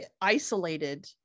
isolated